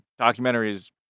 documentaries